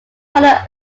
brother